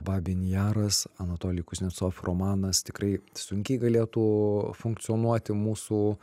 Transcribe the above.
babyn jaras anatolij kuznecov romanas tikrai sunkiai galėtų funkcionuoti mūsų